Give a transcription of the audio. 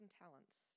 talents